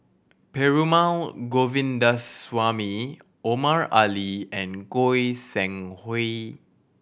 Perumal Govindaswamy Omar Ali and Goi Seng Hui